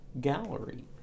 Gallery